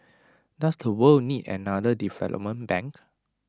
does the world need another development bank